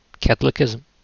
Catholicism